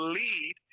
lead